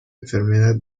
enfermedad